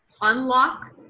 unlock